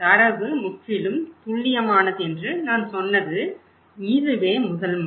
தரவு முற்றிலும் துல்லியமானது என்று நான் சொன்னது இதுவே முதல் முறை